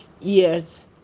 years